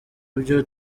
byo